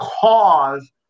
cause